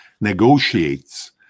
negotiates